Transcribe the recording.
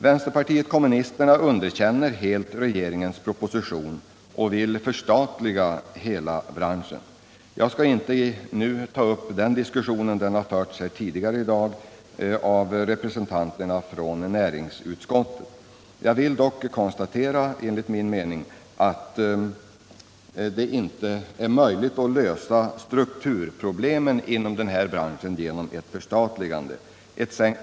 Vänsterpartiet kommunisterna underkänner regeringens proposition och vill förstatliga hela branschen. Jag skall nu inte ta upp den diskussionen — den har förts här tidigare i dag av representanterna från näringsutskottet. Jag vill dock säga att det enligt min mening inte är möjligt att lösa strukturproblemen inom den här branschen genom ett förstatligande.